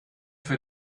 für